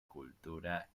cultura